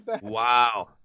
Wow